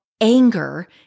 anger